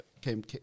came